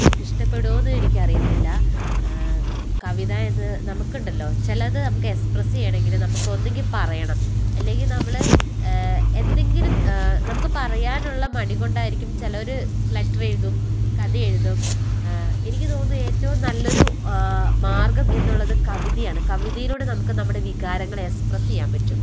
അവര്ക്ക് ഇഷ്ടപ്പെടുവോന്നും എനിക്ക് അറിയത്തില്ല കവിതയെന്ന് നമുക്കുണ്ടല്ലോ ചിലത് നമുക്ക് എക്സ്പ്രെസ് ചെയ്യണമെങ്കില് നമ്മക്ക് ഒന്നെങ്കില് പറയണം ഇല്ലെങ്കില് നമ്മള് എന്തെങ്കിലും നമുക്ക് പറയാനുള്ള മടി കൊണ്ടായിരിക്കും ചിലര് ലേറ്റര് എഴുതും കഥ എഴുതും എനിക്ക് തോന്നുന്നു ഏറ്റവും നല്ലൊരു മാര്ഗ്ഗം എന്നുള്ളത് കവിതയാണ് കവിതയിലൂടെ നമുക്ക് നമ്മുടെ വികാരങ്ങളെ എക്സ്പ്രെസ് ചെയ്യാന് പറ്റും